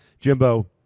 Jimbo